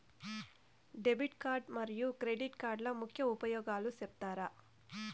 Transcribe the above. Debit card మరియు credit కార్డుల ముఖ్య ఉపయోగాలు సెప్తారా?